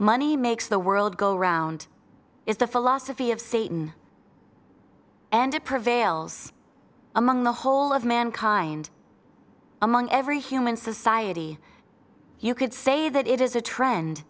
money makes the world go round is the philosophy of satan and it prevails among the whole of mankind among every human society you could say that it is a trend